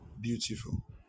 Beautiful